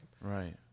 right